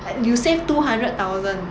you save two hundred thousand